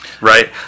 Right